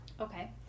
Okay